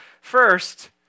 First